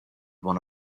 one